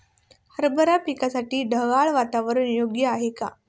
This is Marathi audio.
हरभरा पिकासाठी ढगाळ वातावरण योग्य आहे का?